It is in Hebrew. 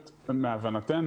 עודד.